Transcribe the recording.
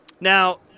Now